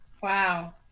Wow